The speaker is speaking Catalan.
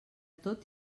tot